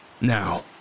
Now